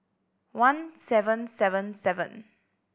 one seven seven seven